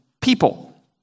people